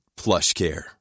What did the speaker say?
PlushCare